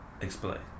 Explain